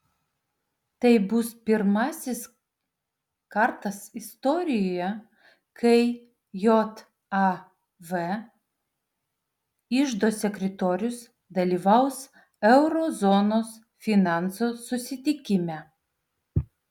tai bus pirmasis kartas istorijoje kai jav iždo sekretorius dalyvaus euro zonos finansų susitikime